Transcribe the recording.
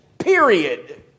Period